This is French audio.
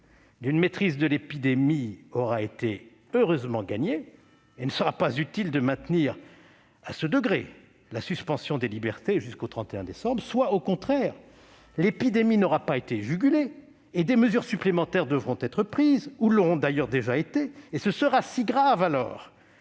d'une maîtrise de l'épidémie aura fort heureusement été gagné et il ne sera pas utile de maintenir, à un tel degré, la suspension de libertés jusqu'au 31 décembre ; soit, au contraire, l'épidémie n'aura pas été jugulée et des mesures supplémentaires devront être prises- ou l'auront d'ailleurs déjà été -, et ce sera si grave que